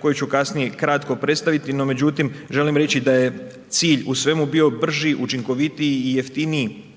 koju ću kasnije kratko predstaviti, no međutim, želim reći da je cilj u svemu bio brži, učinkovitiji i jeftiniji